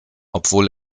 obwohl